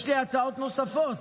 יש לי הצעות נוספות.